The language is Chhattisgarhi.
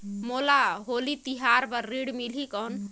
मोला होली तिहार बार ऋण मिलही कौन?